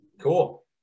Cool